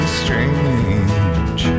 strange